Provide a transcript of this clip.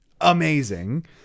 Amazing